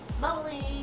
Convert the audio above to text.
Bubbling